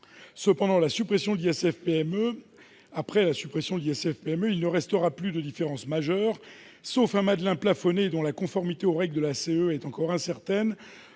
actions, après la suppression de l'ISF-PME, il ne restera plus de différence majeure, sauf un Madelin plafonné dont la conformité aux règles de la CEE est encore incertaine,